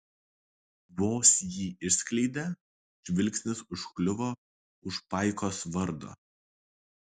vos jį išskleidė žvilgsnis užkliuvo už paikos vardo